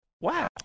Wow